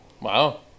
Wow